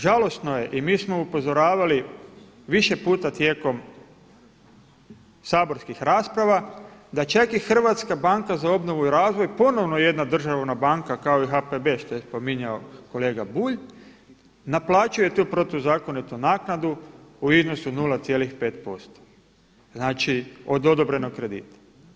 Žalosno je i mi smo upozoravali više puta tijekom saborskih rasprava da čak i Hrvatska banka za obnovu i razvoj ponovno jedna državna banka kao i HPB što je spominjao kolega Bulj naplaćuje tu protuzakonitu naknadu u iznosu 0,5%, znači od odobrenog kredita.